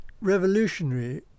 revolutionary